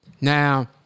Now